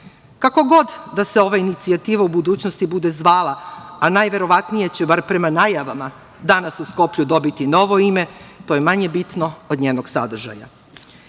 god da se ova inicijativa u budućnosti bude zvala, a najverovatnije će, bar prema najavama, danas u Skoplju dobiti novo ime, to je manje bitno od njenog sadržaja. Navešću